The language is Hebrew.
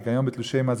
ההיגיון בתלושי מזון,